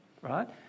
right